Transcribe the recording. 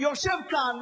ויושב כאן,